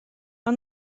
mae